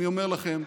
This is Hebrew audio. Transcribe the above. אני אומר לכם,